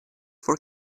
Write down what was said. for